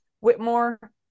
Whitmore